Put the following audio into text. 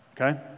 okay